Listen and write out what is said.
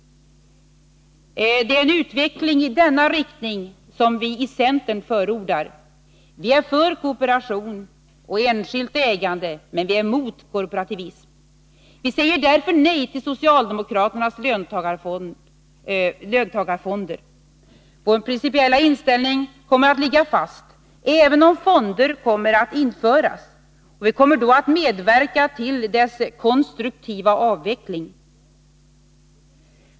Det är en utveckling i denna riktning som vi i centern förordar. Vi är för kooperation och enskilt ägande, men vi är emot korporativism. Vi säger därför nej till socialdemo kraternas löntagarfonder. Vår principiella inställning kommer att ligga fast, även om fonder kommer att införas. Vi kommer då att medverka till deras konstruktiva avveckling.